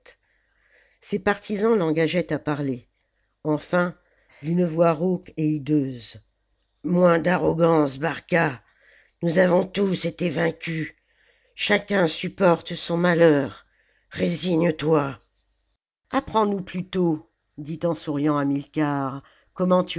ses partisans l'engageaient à parler enfin d'une voix rauque et hideuse moins d'arrogance barca nous avons tous été vaincus chacun supporte son malheur résigne-toi apprends-nous plutôt dit en souriant